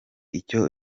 icyo